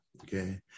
okay